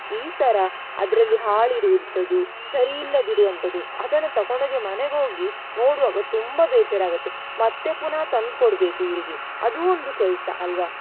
ಈ ಥರ ಅದರಲ್ಲಿ ಹಾಳು ಇರುವಂಥದ್ದು ಸರಿ ಇಲ್ಲದಿರುವಂಥದ್ದು ಅದನ್ನು ತಕೊಂಡ್ಹೋಗಿ ಮನೆಗ್ಹೋಗಿ ನೋಡುವಾಗ ತುಂಬ ಬೇಜಾರಾಗುತ್ತೆ ಮತ್ತೆ ಪುನಃ ತಂದು ಕೊಡಬೇಕು ಇವರಿಗೆ ಅದೂ ಒಂದು ಕೆಲಸ ಅಲ್ವಾ